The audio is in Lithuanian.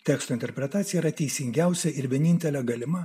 teksto interpretacija yra teisingiausia ir vienintelė galima